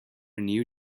new